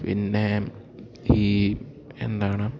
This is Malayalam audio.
പിന്നെ ഈ എന്താണ്